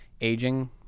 aging